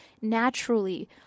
naturally